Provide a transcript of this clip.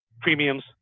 premiums